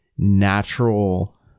Natural